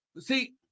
see